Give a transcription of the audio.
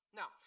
now